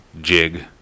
jig